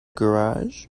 garage